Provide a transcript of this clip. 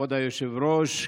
כבוד היושב-ראש,